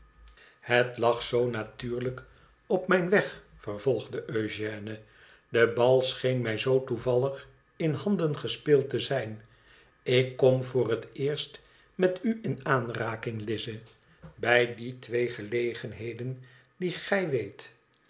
het lag zoo natuurlijk op mijn weg vervolgde eugène de bal scheen mij zoo toevallig in handen gespeeld te zijn ik kom voor het eerst met u in aanraking lize bij die twee gelegenheden die gij weet